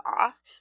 off